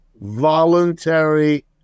voluntary